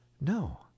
No